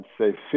say